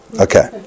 Okay